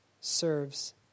serves